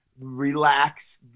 relax